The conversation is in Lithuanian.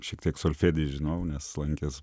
šiek tiek solfedį žinojau nes lankęs